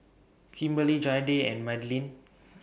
Kimberlie Jayde and Madilynn